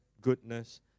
goodness